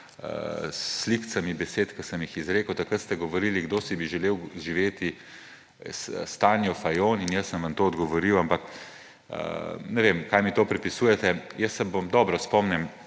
slikicami besed, ki sem jih izrekel. Takrat ste govorili, kdo bi si želel živeti s Tanjo Fajon, in jaz sem vam odgovoril, ampak ne vem, kaj mi to pripisujete. Jaz se dobro spomnim